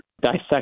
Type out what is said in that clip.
dissect